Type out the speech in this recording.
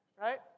Right